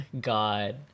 God